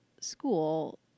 school